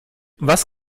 was